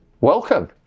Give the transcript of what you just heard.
welcome